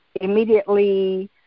immediately